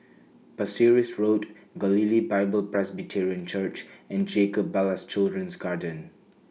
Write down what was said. Pasir Ris Road Galilee Bible Presbyterian Church and Jacob Ballas Children's Garden